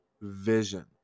Vision